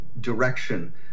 direction